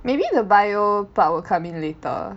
maybe the bio part will come in later